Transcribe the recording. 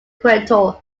quito